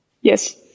Yes